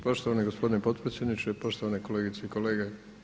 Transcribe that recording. Poštovani gospodine potpredsjedniče, poštovane kolegice i kolege.